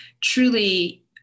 truly